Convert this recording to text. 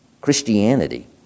Christianity